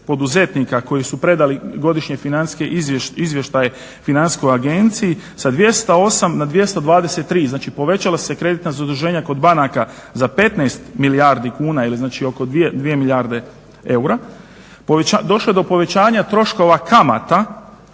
koji su predali Godišnji financijski izvještaj Financijskoj agenciji sa 208 na 223. Znači, povećala su se kreditna zaduženja kod banaka za 15 milijardi kuna ili znači oko 2 milijarde eura, došlo je do povećanja troškova kamata